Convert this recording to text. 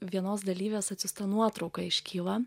vienos dalyvės atsiųsta nuotrauka iškyla